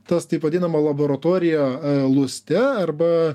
tas taip vadinama laboratorija luste arba